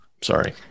Sorry